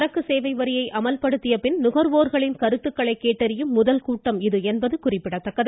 சரக்கு சேவை வரியை அமல்படுத்திய பின் நுகர்வோர்களின் கருத்துக்களை கேட்டறியும் முதல் கூட்டம் இது என்பது குறிப்பிடத்தக்கது